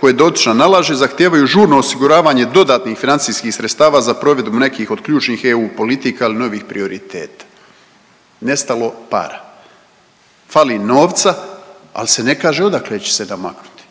koje dotična nalaže zahtijevaju žurno osiguravanje dodatnih financijskih sredstava za provedbu nekih od ključnih EU politika ili novih prioriteta. Nestalo para. Fali novca, ali se ne kaže odakle će se namaknuti,